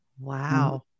Wow